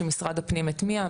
שמשרד הפנים הטמיע.